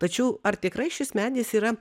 tačiau ar tikrai šis medis yra